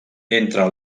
entre